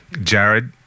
Jared